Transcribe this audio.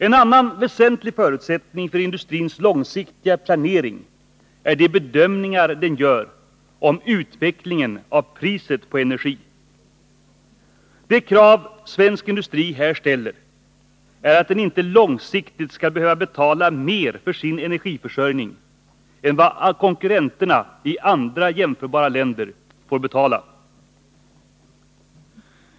En annan väsentlig förutsättning för industrins långsiktiga planering är de bedömningar den gör om utvecklingen av priset på energi. Det krav svensk industri här ställer är att den inte långsiktigt skall behöva betala mer för sin energiförsörjning än vad konkurrenterna i jämförbara länder får betala.